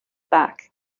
back